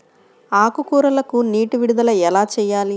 ఆకుకూరలకు నీటి విడుదల ఎలా చేయాలి?